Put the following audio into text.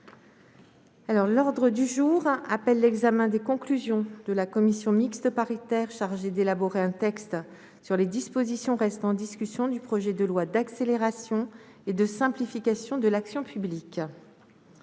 L'ordre du jour appelle l'examen des conclusions de la commission mixte paritaire chargée d'élaborer un texte sur les dispositions restant en discussion du projet de loi d'accélération et de simplification de l'action publique